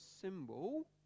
symbol